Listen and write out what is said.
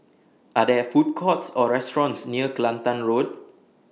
Are There Food Courts Or restaurants near Kelantan Road